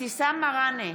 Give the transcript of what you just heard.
אבתיסאם מראענה,